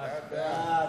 מי נמנע?